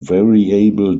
variable